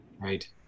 right